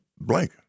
blank